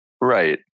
Right